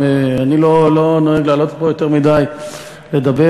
אני לא נוהג לעלות לפה יותר מדי לדבר,